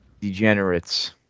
degenerates